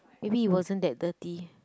maybe it wasn't that dirty